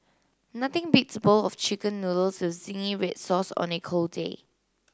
nothing beats a bowl of chicken noodles with zingy red sauce on a cold day